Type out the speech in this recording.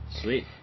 Sweet